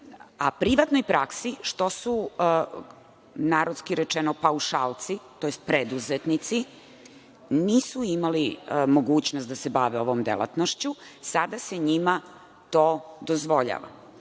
a privatnoj praksi, što su narodski rečeno paušalci, tj. preduzetnici, nisu imali mogućnost da se bave ovom delatnošću, sada se njima to dozvoljava.